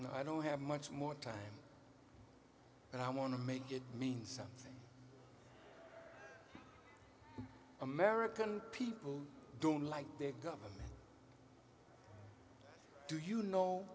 and i don't have much more time but i want to make it mean something american people don't like their government do you know